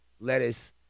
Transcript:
lettuce